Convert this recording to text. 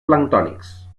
planctònics